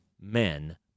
men